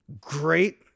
great